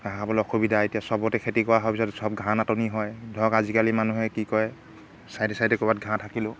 ঘাঁহ খাবলৈ অসুবিধা এতিয়া চবতে খেতি কৰা হোৱাৰ পিছত চব ঘাঁহ নাটনি হয় ধৰক আজিকালি মানুহে কি কৰে ছাইডে ছাইডে ক'ৰবাত ঘাঁহ থাকিলেও